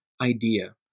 idea